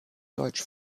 deutsch